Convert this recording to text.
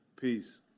Peace